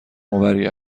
آوری